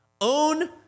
own